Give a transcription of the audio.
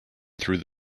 through